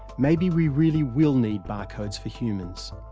maybe we really will need barcodes for humans.